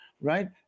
right